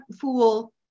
fool